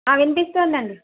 వినిపిస్తుంది అండి